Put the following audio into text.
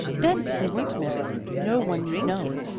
then if we weren't missed no one need know.